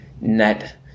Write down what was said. net